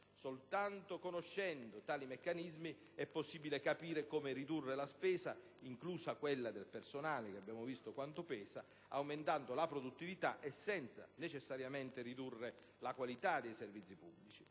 Soltanto conoscendo tali meccanismi è possibile capire come ridurre la spesa, inclusa quella di personale che abbiamo visto quanto pesi, aumentando la produttività e senza necessariamente ridurre la qualità dei servizi pubblici.